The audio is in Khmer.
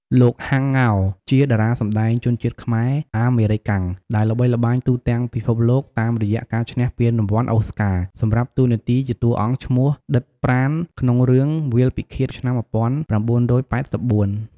លោក ហាំង ង៉ោរ ជាតារាសម្តែងជនជាតិខ្មែរ-អាមេរិកាំង ដែលល្បីល្បាញទូទាំងពិភពលោកតាមរយៈការឈ្នះពានរង្វាន់អូស្ការ សម្រាប់តួនាទីជាតួអង្គឈ្មោះ ឌិត ប្រាណ ក្នុងរឿង "វាលពិឃាត"ឆ្នាំ ១៩៨៤។